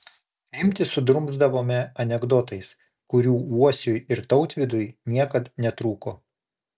rimtį sudrumsdavome anekdotais kurių uosiui ir tautvydui niekad netrūko